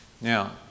Now